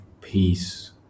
peace